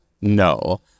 No